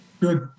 Good